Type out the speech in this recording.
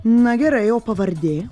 na gerai o pavardė